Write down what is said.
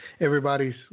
Everybody's